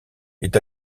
est